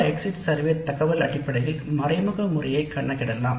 exit survey கணக்கிடுதல் மூலமாக மறைமுக முறையை அளவிடலாம்